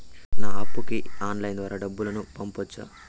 నా అప్పుకి ఆన్లైన్ ద్వారా డబ్బును పంపొచ్చా